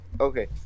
okay